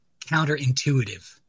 counterintuitive